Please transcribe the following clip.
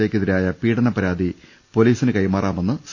A ക്കെതിരായ പീഡന പ്രാതി പൊലീസിന് കൈമാ റാമെന്ന് സി